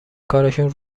کارشون